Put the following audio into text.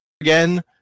again